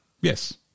Yes